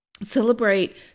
Celebrate